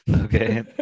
Okay